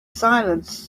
silence